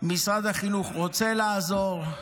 משרד החינוך רוצה לעזור,